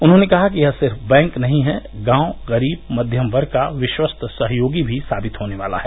उन्होंने कहा कि यह सिर्फ बैंक नही है गांव गरीव मध्यम वर्ग का विश्वस्त सहयोगी भी साबित होने वाला है